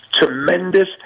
tremendous